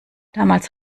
damals